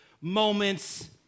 moments